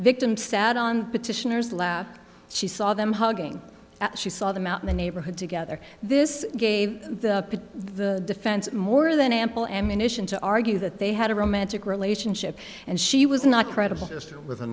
victim sat on petitioners lap she saw them hugging she saw them out in the neighborhood together this gave the the defense more than ample ammunition to argue that they had a romantic relationship and she was not credible